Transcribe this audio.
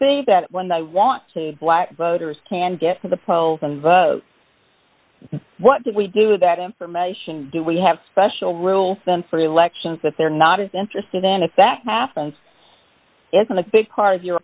think that when they want to black voters can get to the polls and vote what do we do with that information do we have special rules then for elections that they're not as interested in if that happens isn't a big part of your